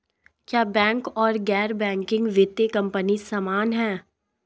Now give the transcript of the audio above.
क्या बैंक और गैर बैंकिंग वित्तीय कंपनियां समान हैं?